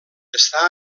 està